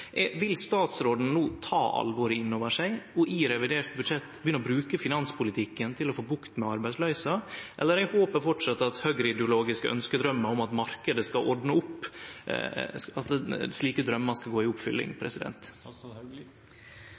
Vil statsråden no ta alvoret inn over seg og i revidert budsjett begynne å bruke finanspolitikken til å få bukt med arbeidsløysa, eller er håpet framleis at høgreideologiske ønskjedraumar om at marknaden skal ordne opp, skal gå i oppfylling?